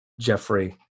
Jeffrey